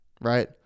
right